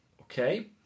okay